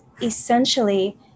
essentially